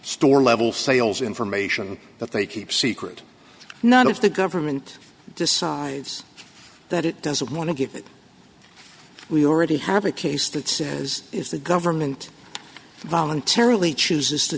store level sales information that they keep secret not if the government decides that it doesn't want to give it we already have a case that says is the government voluntarily chooses to